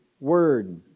word